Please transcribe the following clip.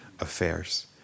affairs